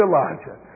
Elijah